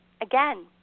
again